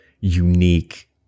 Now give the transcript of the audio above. unique